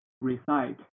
recite